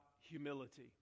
humility